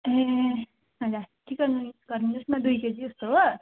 ए हजुर chicken wings गरिदिनुहोस् न दुई केजीजस्तो हो